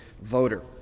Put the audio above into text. voter